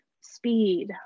speed